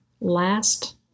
last